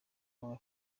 banga